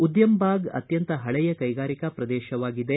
ಉದ್ದಮಬಾಗ ಅತ್ಯಂತ ಪಳೆಯ ಕೈಗಾರಿಕಾ ಪ್ರದೇಶವಾಗಿದೆ